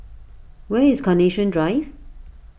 where is Carnation Drive